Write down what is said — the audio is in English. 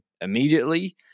immediately